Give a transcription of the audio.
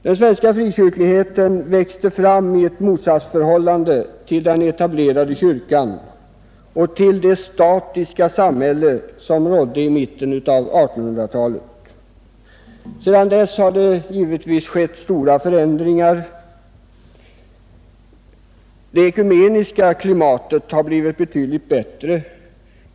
Den svenska frikyrkligheten växte fram i ett motsatsförhållande till den etablerade kyrkan och till det statiska samhälle som rådde i mitten av 1800-talet. Sedan dess har det givetvis skett stora förändringar. Det ekumeniska klimatet har blivit betydligt bättre.